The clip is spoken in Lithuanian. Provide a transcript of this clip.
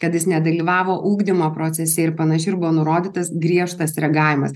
kad jis nedalyvavo ugdymo procese ir panašiai ir buvo nurodytas griežtas reagavimas